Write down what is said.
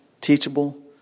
teachable